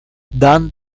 dan